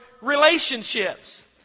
relationships